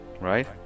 Right